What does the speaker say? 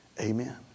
Amen